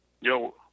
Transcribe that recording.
Yo